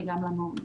וגם למורים.